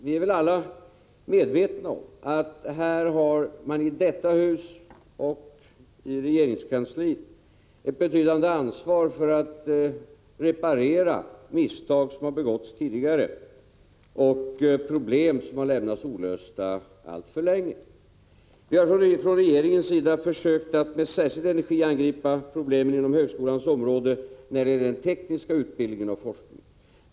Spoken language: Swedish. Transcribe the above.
Vi är väl alla medvetna om att man här i detta hus och i regeringskansliet har ett betydande ansvar när det gäller att reparera misstag som har begåtts tidigare och att lösa problem som har lämnats olösta alltför länge. Vi har från regeringens sida försökt att med särskild energi angripa problemen inom högskolans område när det gäller den tekniska utbildningen och forskningen.